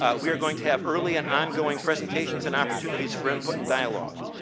ah we are going to have earlier ongoing presentations and opportunities for input and dialogue.